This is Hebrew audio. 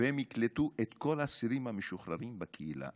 והם יקלטו את כל האסירים המשוחררים בקהילה.